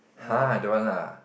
!huh! don't want lah